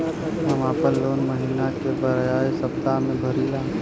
हम आपन लोन महिना के बजाय सप्ताह में भरीला